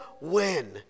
win